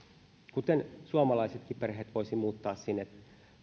kuten suomalaisetkin perheet voisivat muuttaa